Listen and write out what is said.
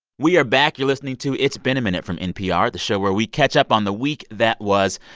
we are back. you're listening to it's been a minute from npr, the show where we catch up on the week that was.